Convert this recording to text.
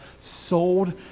sold